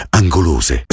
angolose